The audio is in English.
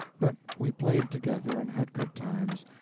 but we played together and had good times,